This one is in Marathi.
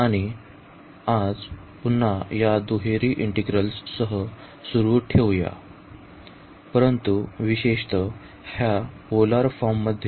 आणि आज आम्ही पुन्हा या दुहेरी इंटिग्रल्स सह सुरू ठेवू परंतु विशेषतः ह्या पोलर फॉर्म मध्ये